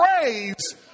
praise